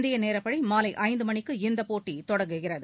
இந்திய நேரப்படி மாலை ஐந்து மணிக்கு இந்த போட்டி தொடங்குகிறது